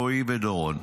רועי ודורון.